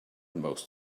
most